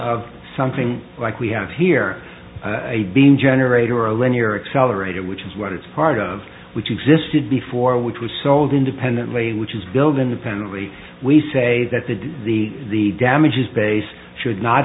of something like we have here a beam generator or a linear accelerator which is what it's part of which existed before which was sold independently and which is billed independently we say that the the the damages base should not